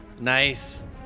Nice